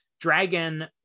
dragon